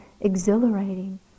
exhilarating